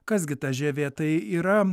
kas gi ta žievė tai yra